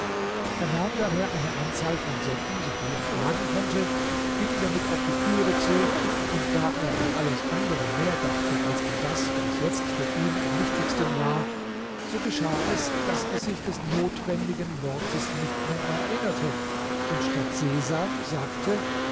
er nahm daher eine anzahl von säcken so viel er tragen konnte ging damit auf die türe zu und da er an alles andere mehr dachte als an das was jetzt für ihn am wichtigsten war so geschah es daß er sich des notwendigen wortes nicht mehr erinnerte und statt sesam sagte